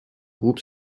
groupe